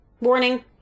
warning